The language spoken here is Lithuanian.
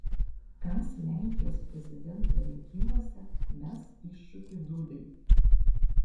kas lenkijos prezidento rinkimuose mes iššūkį dudai